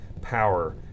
power